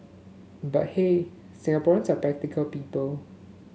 but hey Singaporeans are practical people